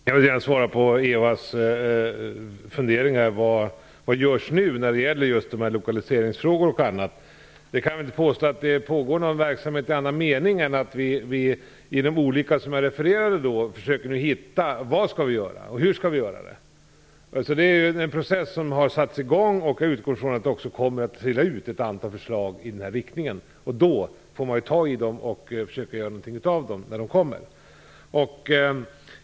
Herr talman! Jag vill gärna svara på Eva Johanssons funderingar om vad som görs nu när det gäller lokaliseringsfrågorna. Jag kan inte påstå att det pågår någon verksamhet i annan mening än att vi försöker hitta vad vi skall göra och hur vi skall göra det. Det är en process som har satts i gång. Jag utgår ifrån att det också kommer att trilla ut ett antal förslag i den här riktningen. Då får man ta tag i dem och försöka göra något av dem.